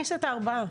יעדים לארבע שנים.